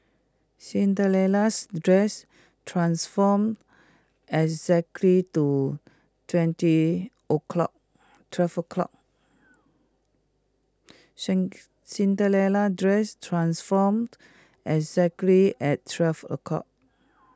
Cinderella's dress transformed exactly two twenty o'clock twelve o'clock Cinderella's dress transformed exactly at twelve o' clock